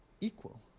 equal